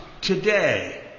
today